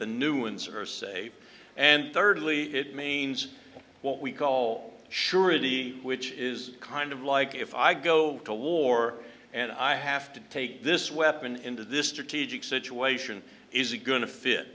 the new ones are safe and thirdly it means what we call surety which is kind of like if i go to war and i have to take this weapon into this strategic situation is it going to fit